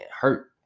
hurt